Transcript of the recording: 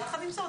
ויחד עם זאת,